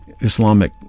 islamic